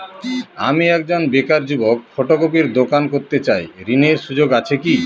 আমি একজন বেকার যুবক ফটোকপির দোকান করতে চাই ঋণের সুযোগ আছে কি?